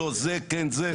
לא זה, כן זה.